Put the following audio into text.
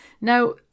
Now